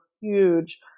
huge